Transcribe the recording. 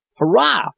Hurrah